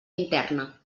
interna